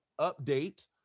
update